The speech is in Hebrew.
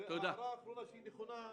הערה אחרונה שהיא נכונה,